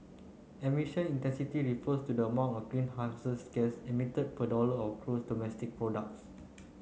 emission refers to the amount of greenhouses gas emitted per dollar of gross domestic products